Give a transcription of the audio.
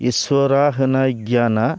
इसोरा होनाय गियाना